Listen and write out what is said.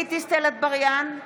גלית דיסטל אטבריאן,